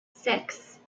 six